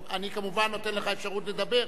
אני כמובן נותן לך אפשרות לדבר,